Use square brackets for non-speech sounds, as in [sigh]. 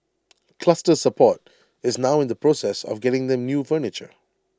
[noise] Cluster support is now in the process of getting them new furniture